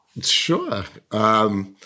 Sure